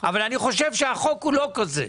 אבל אני חושב שהחוק הוא לא כזה.